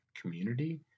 community